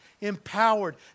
empowered